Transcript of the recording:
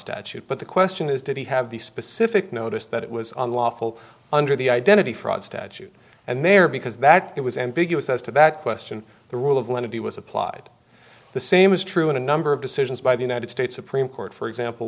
statute but the question is did he have the specific notice that it was on lawful under the identity fraud statute and there because that it was ambiguous as to that question the rule of lenity was applied the same is true in a number of decisions by the united states supreme court for example